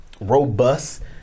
robust